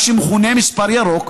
מה שמכונה מספר ירוק,